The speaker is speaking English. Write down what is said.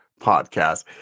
podcast